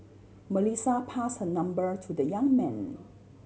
Melissa pass her number to the young man